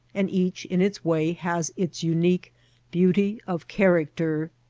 and each in its way has its unique beauty of character.